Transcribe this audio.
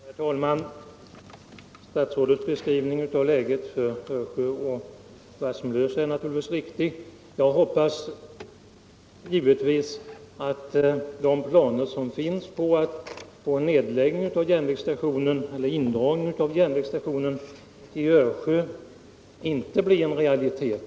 Herr talman! Statsrådets beskrivning av läget för Örsjö och Vassmolösa är naturligtvis riktig. Jag hoppas givetvis att de planer som finns på indragning av järnvägsstationen i Örsjö inte blir en realitet.